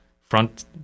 front